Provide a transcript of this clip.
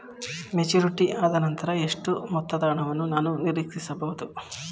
Maturity ಆದನಂತರ ಎಷ್ಟು ಮೊತ್ತದ ಹಣವನ್ನು ನಾನು ನೀರೀಕ್ಷಿಸ ಬಹುದು?